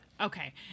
Okay